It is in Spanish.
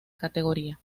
categoría